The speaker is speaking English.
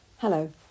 Hello